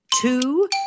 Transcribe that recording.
Two